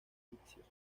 egipcios